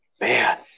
Man